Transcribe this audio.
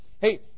hey